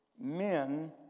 men